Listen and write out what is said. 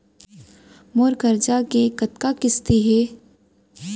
मोर करजा के कतका किस्ती हे?